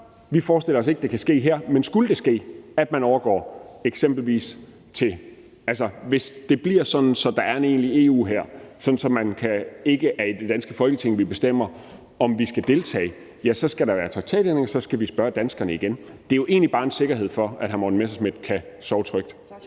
vi forestiller os ikke, at det her kan ske, men skulle det ske, at det bliver sådan, at der bliver en egentlig EU-hær, så det ikke er i det danske Folketing, vi bestemmer, om vi skal deltage, så skal der være traktatændringer, og så skal vi spørge danskerne igen. Det er jo egentlig bare en sikkerhed for, at hr. Morten Messerschmidt kan sove trygt.